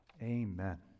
Amen